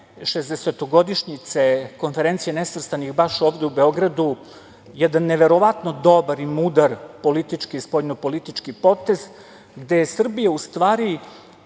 60. Konferencije nesvrstanih baš ovde u Beogradu jedan neverovatno dobar i mudar politički, spoljnopolitički potez gde se Srbija u stvari